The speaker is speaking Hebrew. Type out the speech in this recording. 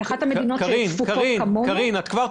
היא אחת המדינות שצפופות כמונו וגם יש בה